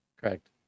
Correct